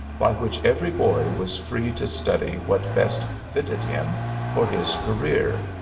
by which every boy was free to study what best fitted him for his career,